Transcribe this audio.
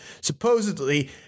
supposedly